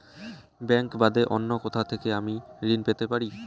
Bank বাদে অন্য কোথা থেকে আমি ঋন পেতে পারি?